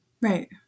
Right